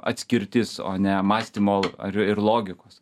atskirtis o ne mąstymo ar ir logikos